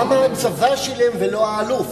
למה הצבא שילם ולא האלוף?